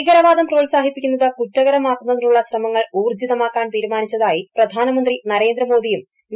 ഭീകരവാദംപ്രോത്സാഹിപ്പിക്കുന്നത് കുറ്റകരമാക്കുന്നതിനുള്ള ശ്രമങ്ങൾ ഊർജ്ജിതമാക്കാൻ തീരുമാനിച്ചതായി പ്രധാനമന്ത്രി നരേന്ദ്രമോദിയും യു